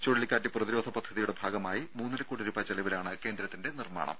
ചുഴലിക്കാറ്റ് പ്രതിരോധ പദ്ധതിയുടെ ഭാഗമായി മൂന്നര കോടി രൂപ ചെലവിലാണ് കേന്ദ്രത്തിന്റെ നിർമ്മാണം